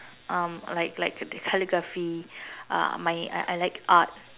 um like like the calligraphy uh my I I like art